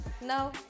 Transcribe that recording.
No